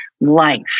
life